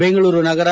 Bengaluru Nagar